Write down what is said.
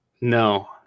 No